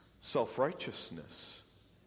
self-righteousness